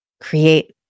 Create